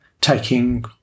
taking